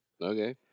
Okay